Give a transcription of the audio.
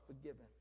forgiven